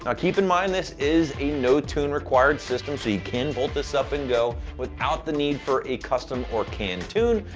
and keep in mind this is a no-tune-required system, so can bolt this up and go without the need for a custom or canned tune,